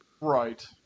Right